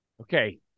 Okay